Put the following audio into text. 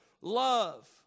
love